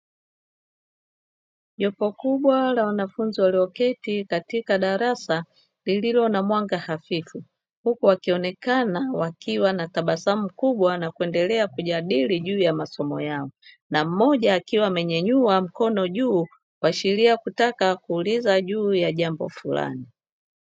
Jopo kubwa la wanafunzi walioketi katika darasa lililo mwanga hafifu, huku wakionekana wakiwa na tabasamu kubwa na kuendelea kujadili juu ya masomo yao, na mmoja akiwa amenyanyua mkono juu kuashiria kutaka kuuliza juu ya jambo fulani.